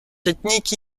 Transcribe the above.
ethnique